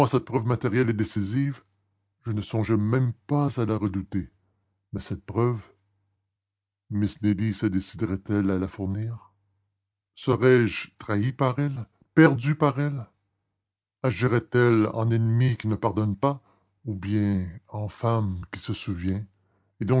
cette preuve matérielle et décisive je ne songeais même pas à le redouter mais cette preuve miss nelly se déciderait elle à la fournir serais-je trahi par elle perdu par elle agirait elle en ennemie qui ne pardonne pas ou bien en femme qui se souvient